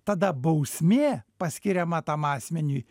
tada bausmė paskiriama tam asmeniui